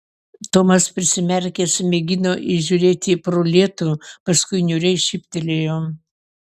tomas prisimerkęs mėgino įžiūrėti pro lietų paskui niūriai šyptelėjo